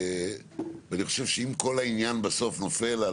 אני חושב שאם כל העניין בסוף נופל,